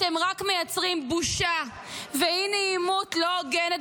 אתם רק מייצרים בושה ואי-נעימות לא הוגנת